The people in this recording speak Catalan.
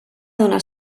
donar